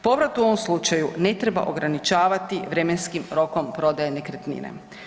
Povrat u ovom slučaju ne treba ograničavati vremenskim rokom prodaje nekretnine.